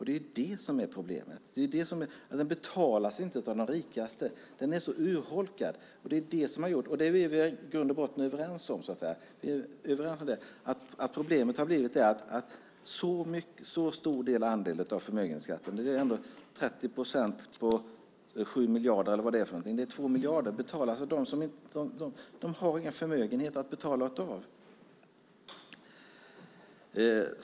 Det är det som är problemet. Den betalas inte av de rikaste. Den är så urholkad. Vi är i grund och botten överens om att problemet har blivit att en så stor andel av förmögenhetsskatten - 30 procent av 7 miljarder, det blir 2 miljarder - betalas av dem som inte har någon förmögenhet att betala från.